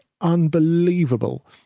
unbelievable